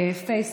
פייסבוק.